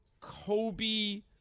Kobe